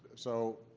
so